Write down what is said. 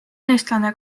eestlane